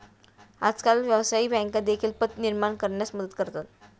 आजकाल व्यवसायिक बँका देखील पत निर्माण करण्यास मदत करतात